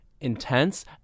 intense